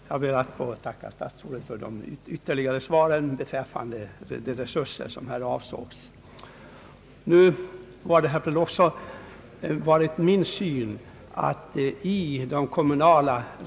Herr talman! Jag ber att få tacka statsrådet för de kompletterande beskeden i fråga om de resurser som står till buds.